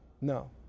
No